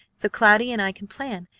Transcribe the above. so cloudy and i can plan.